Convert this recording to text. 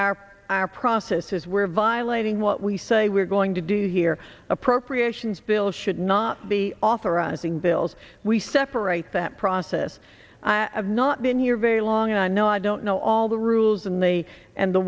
our our processes were violating what we say we're going to do here appropriations bills should not be authorizing bills we separate that process i've not been here very long i know i don't know all the rules and the and the